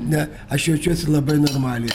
ne aš jaučiuosi labai normaliai